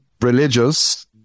religious